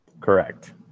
Correct